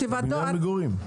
בבניין המגורים.